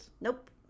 Nope